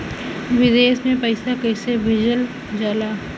विदेश में पैसा कैसे भेजल जाला?